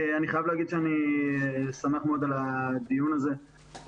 אני חייב להגיד שאני שמח מאוד על הדיון הזה מראשיתו,